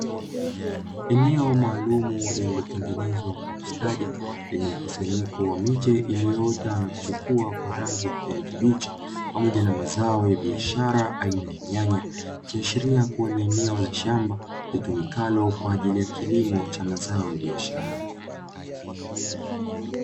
Eneo maalumu lililotengenezwa kwa ustadi yenye mkusanyiko wa miche iliyoota na kuchipua kwa rangi ya kijani kibichi, pamoja na zao la biashara aina ya nyanya, ikiashiria kuwa ni eneo la shamba litumikalo kwaajili ya kilimo cha mazao ya biashara.